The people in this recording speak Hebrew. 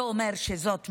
זה אומר שזאת מדיניות.